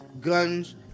guns